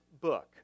book